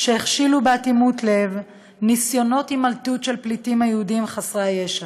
שהכשילו באטימות לב ניסיונות הימלטות של הפליטים היהודים חסרי הישע.